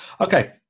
Okay